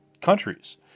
countries